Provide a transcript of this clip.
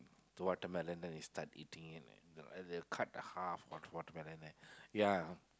the watermelon then you start eating it and they'll cut the half water watermelon and then ya